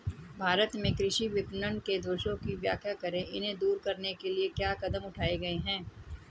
भारत में कृषि विपणन के दोषों की व्याख्या करें इन्हें दूर करने के लिए क्या कदम उठाए गए हैं?